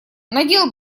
надел